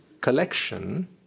collection